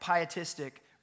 pietistic